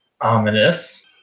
ominous